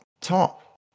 top